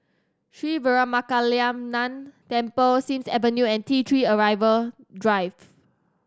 Sri Veeramakaliamman Temple Sims Avenue and T Three Arrival Drive